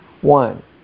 One